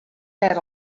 dêr